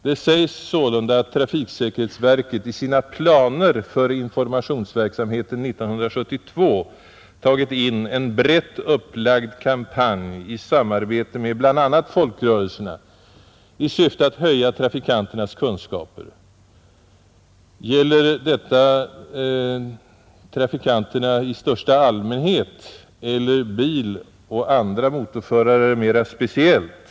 Det sägs sålunda att trafiksäkerhetsverket i sina planer för informationsverksamheten 1972 tagit in en brett upplagd kampanj i samarbete med bl.a. folkrörelserna i syfte att höja trafikanternas kunskaper. Gäller detta trafikanterna i Nr 70 största allmänhet eller biloch andra motorförare mera speciellt?